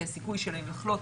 כי הסיכוי שלהם לחלות